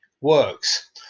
works